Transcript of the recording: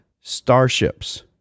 starships